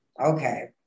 Okay